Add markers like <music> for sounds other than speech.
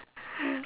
<noise>